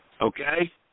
Okay